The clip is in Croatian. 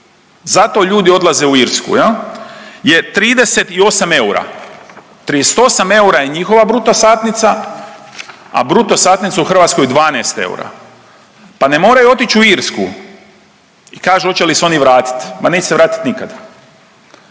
zato ljudi odlazi u Irsku jel je 38 eura. 38 eura je njihova bruto satnica, a bruto satnica u Hrvatskoj 12 eura. Pa ne moraju otići u Irsku i kažu hoće li se oni vratiti, ma neće se vratiti nikada.